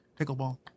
Pickleball